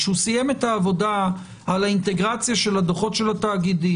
כשהוא סיים את העבודה על האינטגרציה של הדוחות של התאגידים,